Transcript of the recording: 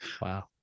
Wow